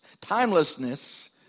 timelessness